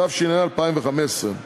התשע"ה 2015: